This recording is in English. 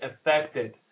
affected